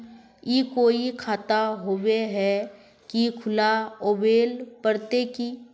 ई कोई खाता होबे है की खुला आबेल पड़ते की?